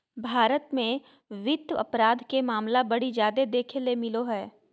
भारत मे वित्त अपराध के मामला बड़ी जादे देखे ले मिलो हय